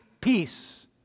peace